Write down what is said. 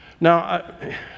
Now